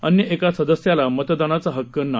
अन्य एका सदस्याला मतदानाचा हक्क नाही